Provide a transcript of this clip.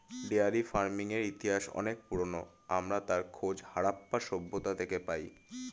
dairy ফার্মিংয়ের ইতিহাস অনেক পুরোনো, আমরা তার খোঁজ হারাপ্পা সভ্যতা থেকে পাই